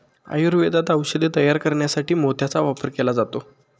आयुर्वेदात औषधे तयार करण्यासाठी मोत्याचा वापर केला जातो